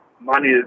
money